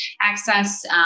access